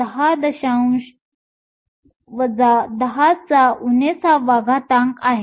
6 10 6 आहे